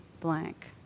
blank